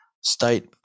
state